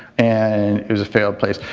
and it was a failed place.